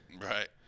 Right